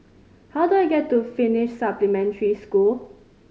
how do I get to Finnish Supplementary School